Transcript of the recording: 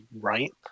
right